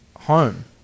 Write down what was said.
home